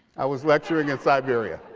i was lecturing in siberia.